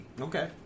Okay